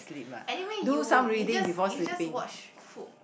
anyway you you just you just watch food